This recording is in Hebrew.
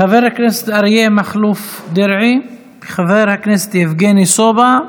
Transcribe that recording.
חבר הכנסת אריה מכלוף דרעי, חבר הכנסת יבגני סובה,